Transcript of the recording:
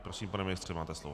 Prosím, pane ministře, máte slovo.